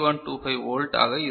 3125 volt ஆக இருக்கும்